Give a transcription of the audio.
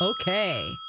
Okay